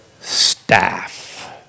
staff